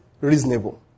reasonable